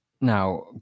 Now